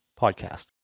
podcast